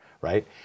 right